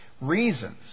reasons